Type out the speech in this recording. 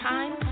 Time